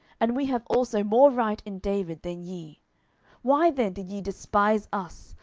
and we have also more right in david than ye why then did ye despise us,